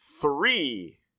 three